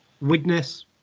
Witness